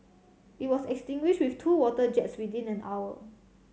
it was extinguished with two water jets within an hour